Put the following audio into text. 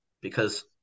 because-